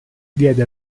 diede